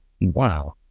Wow